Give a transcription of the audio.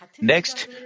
Next